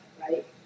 right